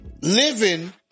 living